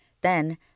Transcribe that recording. Then